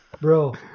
Bro